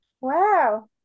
wow